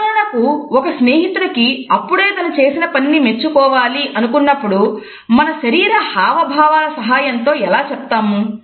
ఉదాహరణకు ఒక స్నేహితునికి అప్పుడే తను చేసిన పనిని మెచ్చుకోవాలి అనుకున్నప్పుడు మన శరీర హావభావాల సహాయంతో ఎలా చెబుతాము